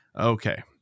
Okay